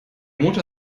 motor